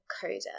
coda